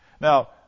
Now